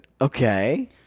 Okay